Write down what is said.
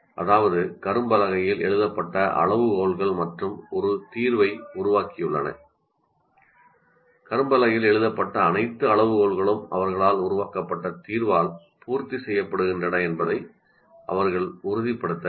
அதாவது குழுவில் எழுதப்பட்ட அளவுகோல்கள் மற்றும் ஒரு தீர்வை உருவாக்கியுள்ளன குழுவில் எழுதப்பட்ட அனைத்து அளவுகோல்களும் அவர்களால் உருவாக்கப்பட்ட தீர்வால் பூர்த்தி செய்யப்படுகின்றன என்பதை அவர்கள் உறுதிப்படுத்த வேண்டும்